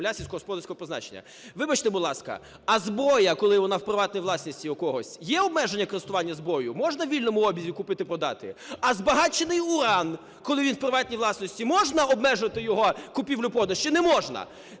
сільськогосподарського призначення. Вибачте, будь ласка, а зброя, коли вона в приватній власності у когось, є обмеження користування зброєю, можна у вільному обігу купити-продати? А збагачений уран, коли він в приватній власності, можна обмежувати його купівлю-продаж чи не можна?